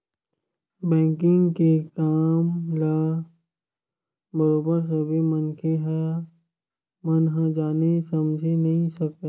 banking के काम ल बरोबर सब्बे मनखे मन ह जाने समझे नइ सकय